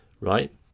right